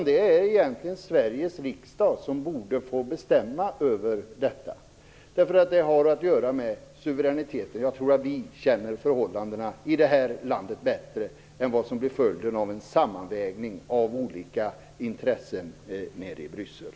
Detta borde Sveriges riksdag få bestämma över. Det har att göra med vår suveränitet. Jag tror att vår kännedom om förhållandena i vårt land ger bättre resultat än det som blir följden av en sammanvägning av olika intressen nere i Bryssel.